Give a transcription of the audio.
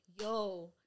yo